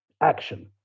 action